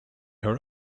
her